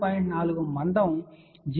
4 మందం 0